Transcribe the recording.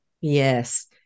Yes